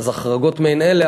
אז יש החרגות מעין אלה,